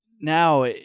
now